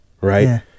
right